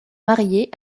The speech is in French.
mariée